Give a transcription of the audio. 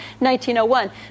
1901